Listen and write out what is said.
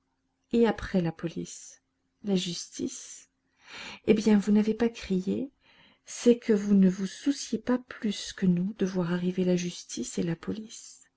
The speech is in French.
et après la police la justice eh bien vous n'avez pas crié c'est que vous ne vous souciez pas plus que nous de voir arriver la justice et la police